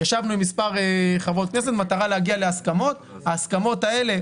ישבנו עם מספר חברות כנסת במטרה להגיע להסכמות וההסכמות האלה,